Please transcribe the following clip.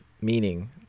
meaning